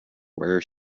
where